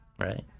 right